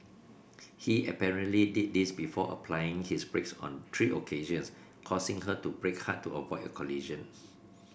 he apparently did this before applying his brakes on three occasions causing her to brake hard to avoid a collision